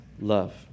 love